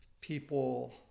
people